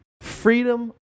Freedom